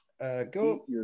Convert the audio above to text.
go